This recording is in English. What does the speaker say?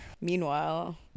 Meanwhile